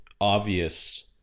obvious